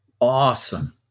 awesome